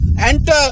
Enter